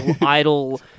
idle